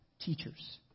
teachers